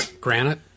granite